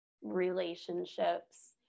relationships